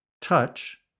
touch